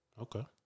Okay